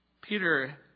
Peter